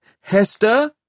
Hester